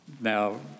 now